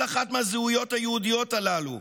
כל אחת מהזהויות היהודיות הללו,